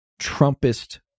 Trumpist